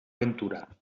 ventura